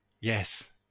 yes